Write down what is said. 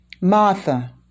Martha